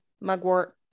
mugwort